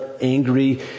angry